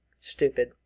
stupid